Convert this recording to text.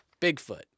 Bigfoot